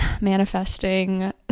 manifesting